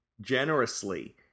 generously